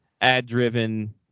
ad-driven